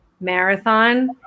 marathon